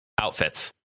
outfits